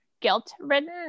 guilt-ridden